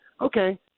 okay